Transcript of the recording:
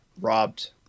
robbed